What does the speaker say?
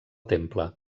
temple